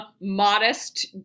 modest